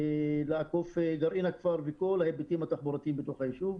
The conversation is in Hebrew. לעקוף גרעין הכפר וכל ההיבטים התחבורתיים בתוך היישוב.